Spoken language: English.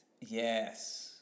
Yes